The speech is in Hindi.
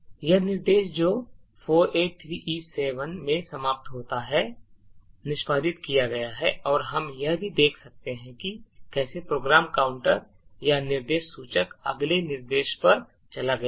यह निर्देश जो 4a3e7 में समाप्त होता है निष्पादित किया गया है और हम यह भी देख सकते हैं कि कैसे प्रोग्राम काउंटर या निर्देश सूचक अगले निर्देश पर चला गया है